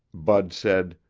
bud said,